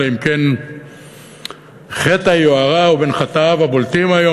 אלא אם כן חטא היוהרה הוא בין חטאיו הבולטים היום,